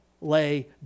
lay